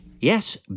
Yes